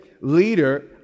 leader